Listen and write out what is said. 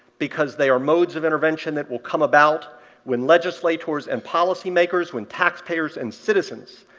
because they are modes of intervention that will come about when legislators and policymakers, when taxpayers and citizens,